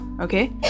Okay